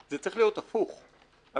הוא בעצם הופך להיות האיש שקובע את כל הדברים.